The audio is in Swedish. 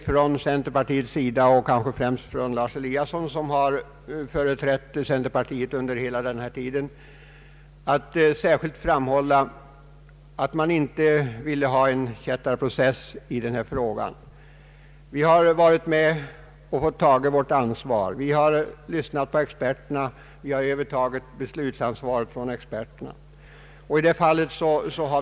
Från centerpartiets sida — och kanske främst av herr Eliasson som företrätt partiet i atomfrågorna under hela 1960-talet — har framhållits att man inte ville ha en kättarprocess i denna fråga. Vi har varit med och vi har fått ta ansvaret. Vi har lyssnat till experterna och vi har övertagit beslutsansvaret från dem.